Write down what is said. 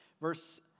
verse